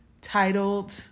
titled